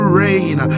rain